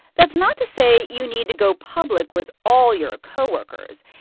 that's not to say you need to go public with all your co-workers.